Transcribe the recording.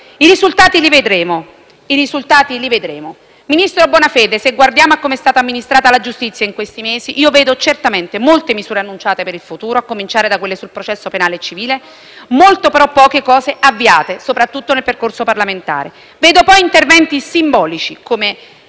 I risultati li vedremo. Ministro Bonafede, se guardiamo a come è stata amministrata la giustizia in questi mesi, io vedo certamente molte misure annunciate per il futuro, a cominciare da quelle sul processo penale civile e poche cose avviate, soprattutto nel percorso parlamentare. Vedo poi interventi simbolici